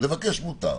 לבקש מותר.